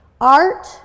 art